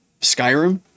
Skyrim